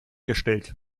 gestellt